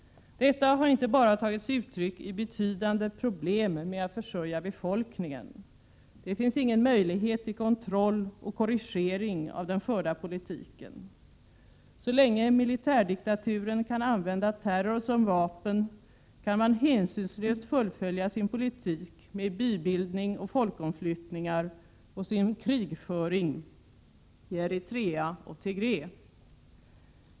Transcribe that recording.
Detta har inte bara tagit sig uttryck i betydande problem med att försörja befolkningen. Det finns ingen möjlighet till kontroll och korrigering av den förda politiken. Så länge militärdiktaturen kan använda terror som vapen, kan man hänsynslöst fullfölja sin politik med bybildning och folkomflyttningar och sin krigföring i Eritrea och Tigray.